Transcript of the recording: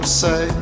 say